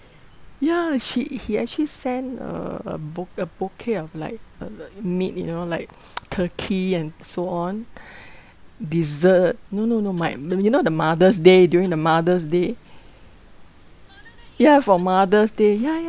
ya she he actually sent err a bouq~ a bouquet of like uh meat you know like turkey and so on dessert no no no my m~ you know the mother's day during the mother's day ya for mother's day ya ya